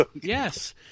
Yes